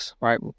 right